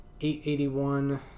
881